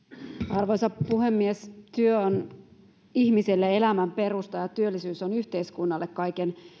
arvoisa puhemies työ on ihmiselle elämän perusta ja työllisyys on yhteiskunnalle kaiken